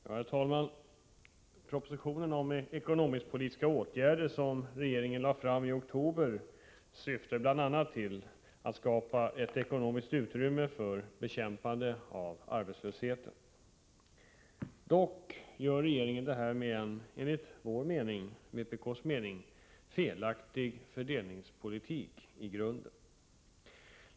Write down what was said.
Herr talman! Propositionen om ekonomisk-politiska åtgärder som regeringen lade fram i oktober syftar bl.a. till att skapa ett ekonomiskt utrymme för bekämpande av arbetslösheten. Regeringen vill dock skapa detta utrymme med en — enligt vpk:s mening — i grunden felaktig fördelningspolitik.